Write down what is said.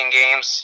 games